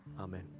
Amen